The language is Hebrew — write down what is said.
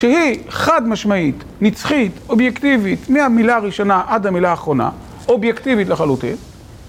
שהיא חד-משמעית, נצחית, אובייקטיבית, מהמילה הראשונה עד המילה האחרונה, אובייקטיבית לחלוטין.